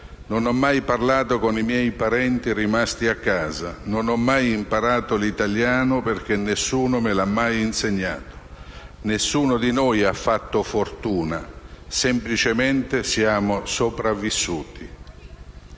Non ho mai parlato con i miei parenti rimasti a casa. Non ho mai imparato l'italiano perché nessuno me l'ha mai insegnato. Nessuno di noi ha fatto fortuna, semplicemente siamo sopravvissuti"».